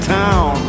town